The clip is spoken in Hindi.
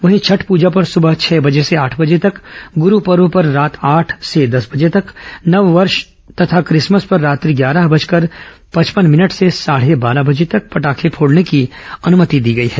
वहीं छठ पूजा पर सुबह छह बजे से आठ बजे तक गुरू पर्व पर रात आठ से दस बजे तक नववर्ष तथा क्रिसमस पर रात्रि ग्यारह बजकर पचपन मिनट से साढ़े बारह बजे तक पटाखे फोड़ने की अनुमति दी गई है